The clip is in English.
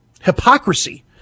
Hypocrisy